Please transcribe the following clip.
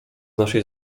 naszej